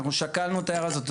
אנחנו שקלנו את ההערה הזאת.